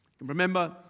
Remember